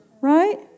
right